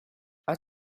are